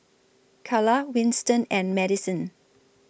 Kala Winston and Madison